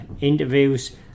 interviews